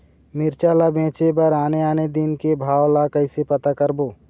मिरचा ला बेचे बर आने आने दिन के भाव ला कइसे पता करबो?